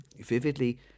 vividly